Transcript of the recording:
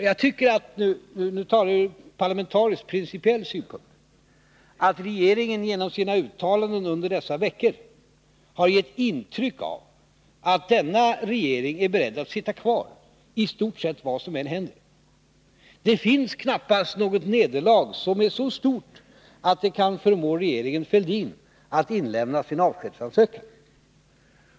Jag tycker att regeringen genom sina uttalanden under dessa veckor — jag ser dem ur principiell parlamentarisk synvinkel — har gett intryck av att denna regering är beredd att sitta kvar i stort sett vad som än händer. Det finns knappast något nederlag som är så stort att det kan förmå regeringen Fälldin att inlämna sin avskedsansökan.